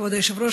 כבוד היושב-ראש,